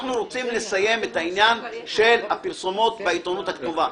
אנחנו רוצים לסיים את העניין של הפרסומות בעיתונות הכתובה.